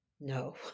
no